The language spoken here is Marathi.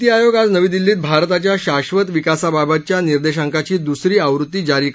नीती आयोग आज नवी दिल्लीत भारताच्या शाश्वत विकासाबाबतचा निर्देशांकाची द्सरी आवृत्ती जारी करणार आहे